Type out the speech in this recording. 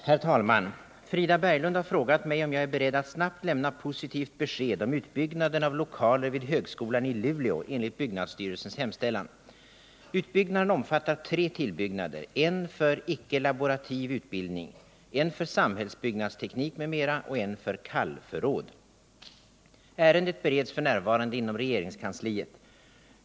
Herr talman! Frida Berglund har frågat mig om jag är beredd att snabbt lämna positivt besked om utbyggnaden av lokaler vid högskolan i Luleå enligt byggnadsstyrelsens hemställan. Ärendet bereds f. n. inom regeringskansliet.